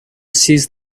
seized